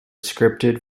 scripted